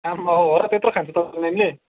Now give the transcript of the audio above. आम्मा हो हो र त्यत्रो खान्छ तपाईँको नानीले